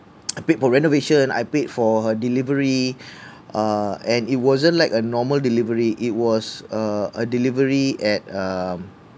I paid for renovation I paid for her delivery uh and it wasn't like a normal delivery it was a a delivery at um